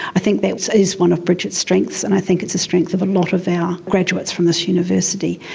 i think that is one of bridget's strengths, and i think it's a strength of a lot of our graduates from this university.